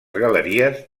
galeries